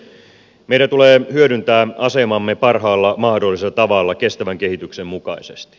meidän tulee hyödyntää asemamme parhaalla mahdollisella tavalla kestävän kehityksen mukaisesti